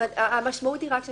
זאת אומרת, המשמעות היא שהוא